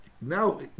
now